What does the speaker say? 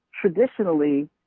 traditionally